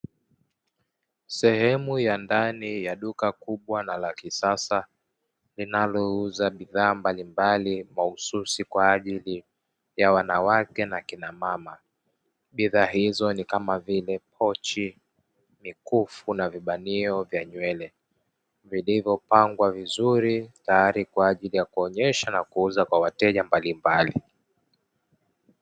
Sehemu ya ndani ya duka kubwa na la kisasa linalouza bidhaa mbalimbali mahususi kwa ajili ya wanawake na akina mama bidhaa hizo ni kama vile pochi, mikufu na vibanio vya nywele vilivyopangwa vizuri tayari kwa ajili ya kuonyesha na kuuza kwa wateja mbalimbali.